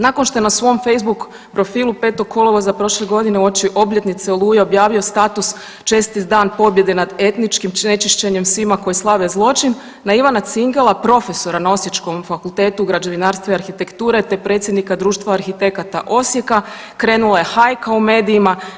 Nakon što je na svom Facebook profilu 5. kolovoza prošle godine u oči obljetnice Oluja objavio status čestit dan pobjede nad etničkim ne čišćenjem svima koji slave zločin, na Ivana Cingela profesora na osječkom Fakultetu građevinarstva i arhitekture te predsjednika Društva arhitekata Osijeka krenula je hajka u medijima.